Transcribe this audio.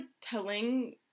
telling –